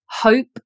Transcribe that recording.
hope